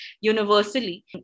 universally